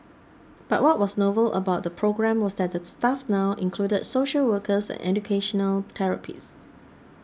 but what was novel about the programme was that the staff now included social workers and educational therapists